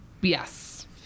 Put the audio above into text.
yes